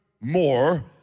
more